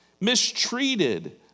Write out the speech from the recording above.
mistreated